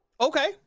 Okay